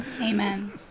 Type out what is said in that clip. Amen